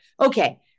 okay